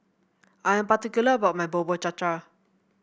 I am particular about my Bubur Cha Cha